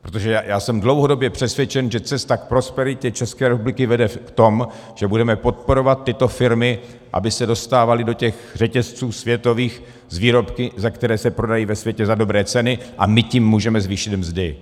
Protože já jsem dlouhodobě přesvědčen, že cesta k prosperitě České republiky vede v tom, že budeme podporovat tyto firmy, aby se dostávaly do těch světových řetězců s výrobky, které se prodají ve světě za dobré ceny, a my tím můžeme zvýšit mzdy.